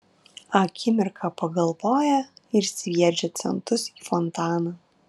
akimirką pagalvoja ir sviedžia centus į fontaną